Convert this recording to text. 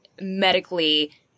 Medically